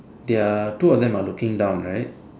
their two of them are looking down right